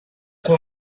تون